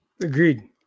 agreed